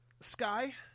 Sky